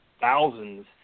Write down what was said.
thousands